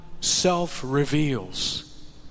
self-reveals